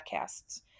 Podcasts